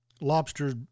Lobster